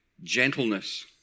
gentleness